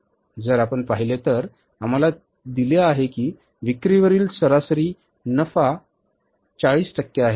जर आपण पाहिले तर आम्हाला दिले आहे की विक्रीवरील सरासरी नफा 40 टक्के आहे